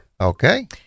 Okay